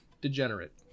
Degenerate